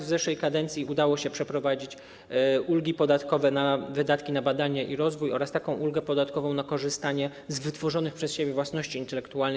W zeszłej kadencji udało się przeprowadzić ulgi podatkowe na wydatki na badania i rozwój oraz ulgę podatkową na korzystanie z wytworzonej przez siebie własności intelektualnej.